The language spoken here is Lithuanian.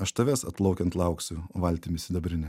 aš tavęs atplaukiant lauksiu valtimi sidabrine